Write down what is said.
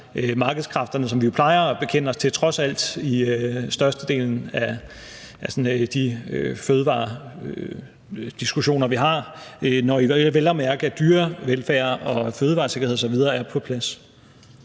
markedskræfterne, som vi jo trods alt plejer at bekende os til i størstedelen af de fødevarediskussioner, vi har, vel at mærke når dyrevelfærd, fødevaresikkerhed osv. er på plads.